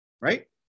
right